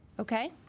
okay